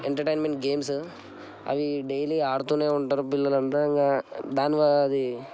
entertainment games అవి daily ఆడుతు ఉంటారు పిల్లలంతా ఇంక దానివల్ల అది